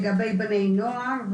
לגבי בני נוער.